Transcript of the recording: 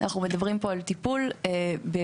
אנחנו מדברים פה על טיפול במים,